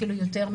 אפילו יותר,